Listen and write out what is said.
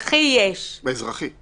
בדרך כלל זה עד ארבע-חמש דיון ועדת שחרורים.